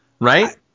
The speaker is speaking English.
right